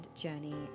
journey